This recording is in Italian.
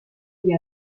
gli